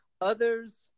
Others